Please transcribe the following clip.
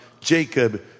Jacob